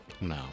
No